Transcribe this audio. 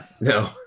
No